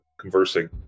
conversing